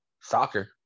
soccer